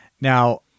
Now